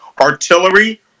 artillery